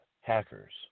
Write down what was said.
hackers